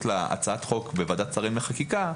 להצעת החוק בוועדת השרים לחקיקה,